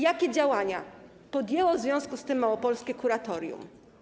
Jakie działania podjęło w związku z tym małopolskie kuratorium?